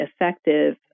effective